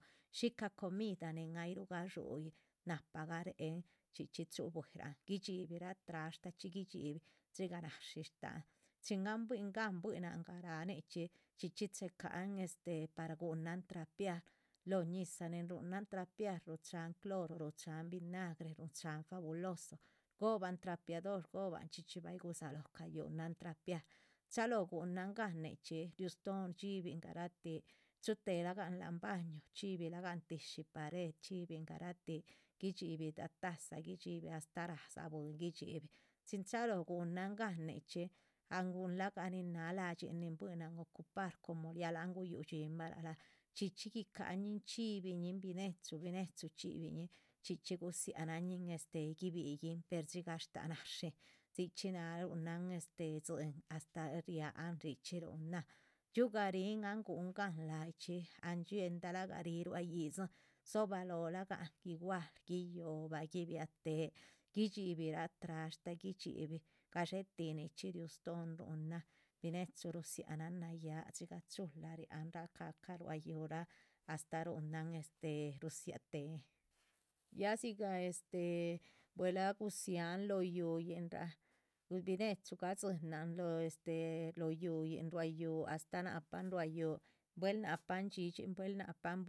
Shíca comida nin ay gadxúyih nahpa garéhen chxí chxí chuhu buihiran guidxibirah trashta guidxibih, dxigah náshi shtáhan chin an buihin gan buihinan garah nichxí. chxí chxí chéhe cahan este par guhunan trapear lóho ñiza nin ruhunan trapear ruchahan cloro, ruchahan vinagre, ruchahan fabuloso, shgohoban trapeador shgohoban. chxí chxí bay gudzalóho cayuhunan trapear, chalóho gunan gan nichxí riú stóhon shdxíbin garatih chuhu téh lagan lán baño chxíbi lagan tishi pared chxí, chxíbin. garatih guidxibirah taza, guidxibirah astáh radzá bwín guidxibih, chin chalóho guhunan gan nichxí ahn guhunla gah la´dxin nin buihinan ocupar como ya láha. guyu dxímah chxí chxí guicañin chxíbiñin binechu binechu chxíbiñin chxí chxí gudzianan ñin este guibíyin per dzigah shtáha náshin, dzichi náha ruhunan este tzín. astáh riáhan, richxí ruhunan, dxiu garihim an guhun gan láyi chxí an dxielda lahgah ríh ruá yídzin, dzobalóh gahlan, igual, guiyoh bah gui biah téhe guidxibirah. trashta guidxi bih gadxé tih nichxí riu stóhon rúhunan binechu rudziánan nayáh, dxigah chula riahnan ca´cah ruá yúhuraa astáh rúhunan este rudzia téhen ya dzigah este. buehla gudziáhan lóho yúhuyin raa binechu gadzinan lóho este, lóho yúhuyin ruá yúhu astáh nahpan ruá yúhu buel nahpan dhxídhxin buel nahpan.